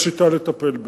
יש שיטה לטפל בזה,